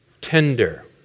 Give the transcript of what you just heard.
tender